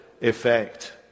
effect